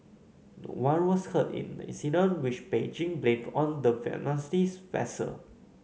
one was hurt in the incident which Beijing blamed on the vessel